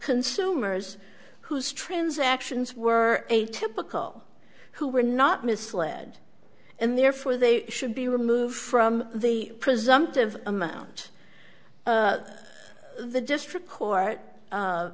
consumers whose transactions were atypical who were not misled and therefore they should be removed from the presumptive amount the district court